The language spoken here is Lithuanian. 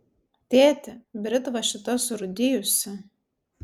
tėti britva šita surūdijusi